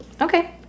Okay